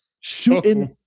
shooting